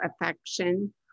affection